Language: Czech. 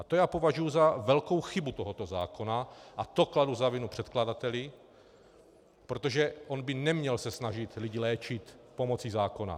To považuji za velkou chybu tohoto zákona a to kladu za vinu předkladateli, protože on by se neměl snažit lidi léčit pomocí zákona.